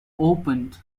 opened